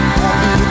happy